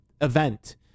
event